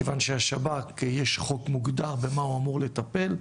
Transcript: כיוון שהשב"כ יש חוק מוגדר במה הוא מורשה לטפל,